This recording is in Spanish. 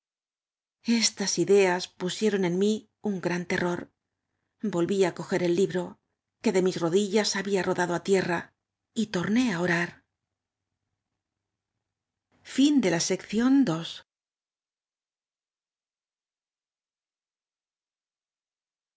estas ideas pusieron en m í un gran terror volví á coger d libro que de mis rodii las hdbta rodado á tierra y toroé á orar